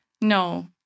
No